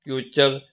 future